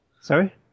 Sorry